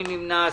מי נמנע?